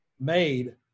made